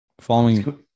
following